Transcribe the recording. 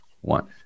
one